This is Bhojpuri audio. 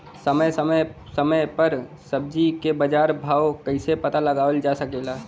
समय समय समय पर सब्जी क बाजार भाव कइसे पता लगावल जा सकेला?